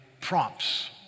prompts